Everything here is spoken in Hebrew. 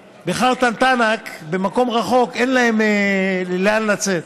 בחארט אל-תאנאק, במקום רחוק, אין להם לאן לצאת,